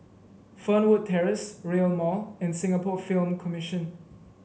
Fernwood Terrace Rail Mall and Singapore Film Commission